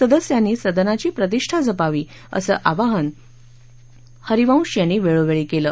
सदस्यांनी सदनाची प्रतिष्ठा जपावी असं आवाहन हरिवंश यांनी वेळोवेळी केलं